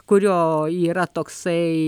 kurio yra toksai